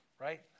right